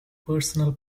personal